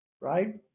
right